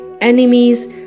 enemies